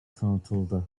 tanıtıldı